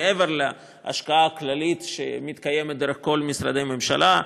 מעבר להשקעה הכללית שמתקיימת דרך כל משרדי הממשלה.